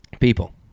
people